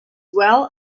well